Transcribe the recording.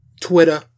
Twitter